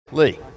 Lee